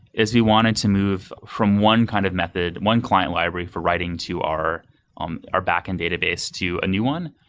is we wanted to move from one kind of method, one client library for writing to our um our backend database to a new one,